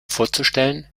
vorzustellen